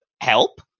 help